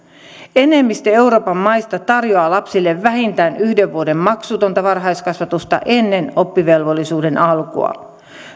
enemmistö euroopan maista tarjoaa lapsille vähintään yhden vuoden maksutonta varhaiskasvatusta ennen oppivelvollisuuden alkua